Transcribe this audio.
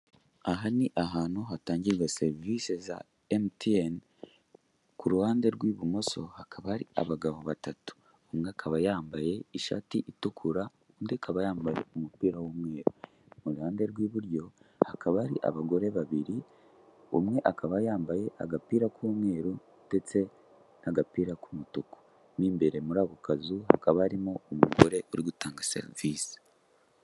Aha ni ahantu hatangirwa serivisi za emutiyeni, kuruhande rw'ibumoso hakaba hari abagabo batatu, umwe akaba yambaye ishati itukura undi akaba yambaye umupira w'umweru. Mu ruhande rw'iburyo hakaba hari abagore babiri umwe akaba yambaye agapira k'umweru ndetse n'agapira k'umutuku, mo imbere muri ako kazu hakaba harimo umugore uri gutanga serivisi.